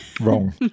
Wrong